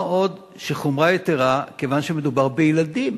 מה עוד שהחומרה יתירה, כיוון שמדובר בילדים.